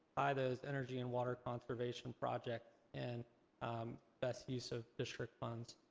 by those energy and water conservation projects. and best use of district funds.